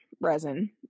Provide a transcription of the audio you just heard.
resin